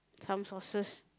some sources